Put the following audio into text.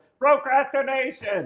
procrastination